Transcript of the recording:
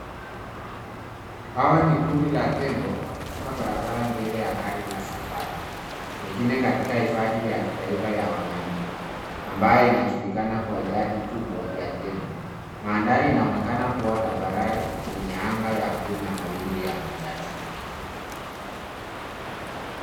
Hawa ni kundi la tembo wakivuka barabara mbele ya gari ya safari pengine katika hifadhi ya kitaifa ya wanyama ambayo inajulikana kwa idadi kubwa ya tembo. Mandhari inaonekana kuwa tambarare yenye anga la bluu na mawingu machache.